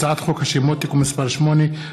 הצעת חוק השמות (תיקון מס' 8),